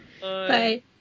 Bye